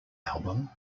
album